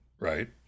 right